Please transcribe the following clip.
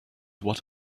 what